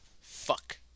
Fuck